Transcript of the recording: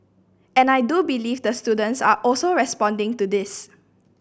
and I do believe the students are also responding to this